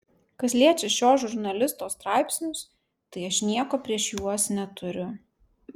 kas liečia šio žurnalisto straipsnius tai aš nieko prieš juos neturiu